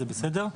זה בסדר.